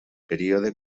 període